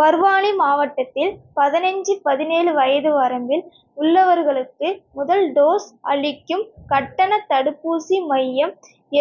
பர்வானி மாவட்டத்தில் பதினஞ்சு பதினேழு வயது வரம்பில் உள்ளவர்களுக்கு முதல் டோஸ் அளிக்கும் கட்டணத் தடுப்பூசி மையம்